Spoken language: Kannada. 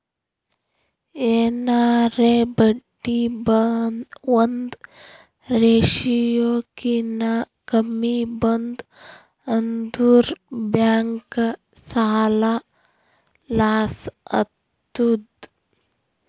ಎನಾರೇ ಬಡ್ಡಿ ಒಂದ್ ರೇಶಿಯೋ ಕಿನಾ ಕಮ್ಮಿ ಬಂತ್ ಅಂದುರ್ ಬ್ಯಾಂಕ್ಗ ಲಾಸ್ ಆತ್ತುದ್